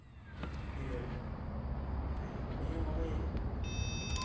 ᱤᱨᱟᱹᱞ ᱦᱮᱸ ᱱᱤᱭᱟᱹ ᱢᱳᱵᱟᱭᱤᱞ